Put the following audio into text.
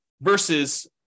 versus